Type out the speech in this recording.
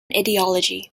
ideology